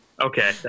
Okay